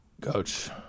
Coach